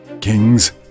Kings